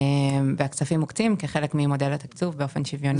והכספים מוקצים כחלק ממודל התקצוב באופן שוויוני.